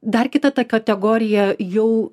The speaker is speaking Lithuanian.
dar kita ta kategorija jau